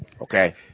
Okay